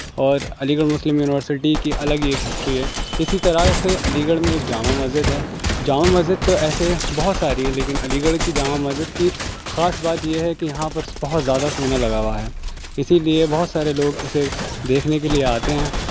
اور Aligarh Muslim university کی الگ ہی ایک ہسٹری ہے اسی طرح سے علی گڑھ میں جامع مسجد ہے جامع مسجد تو ایسے بہت ساری ہیں لیکن علی گڑھ کی جامع مسجد کی خاص بات یہ ہے کہ یہاں پر بہت زیادہ سونا لگا ہوا ہے اسی لیے بہت سارے لوگ اسے دیکھنے کے لیے آتے ہیں